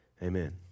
Amen